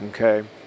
Okay